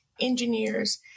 engineers